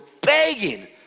begging